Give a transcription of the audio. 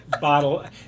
bottle